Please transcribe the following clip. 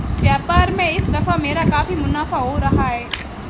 व्यापार में इस दफा मेरा काफी मुनाफा हो रहा है